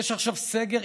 יש עכשיו סגר?